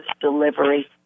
delivery